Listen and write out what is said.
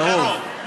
בקרוב.